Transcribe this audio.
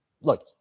look